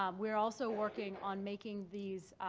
um we're also working on making these,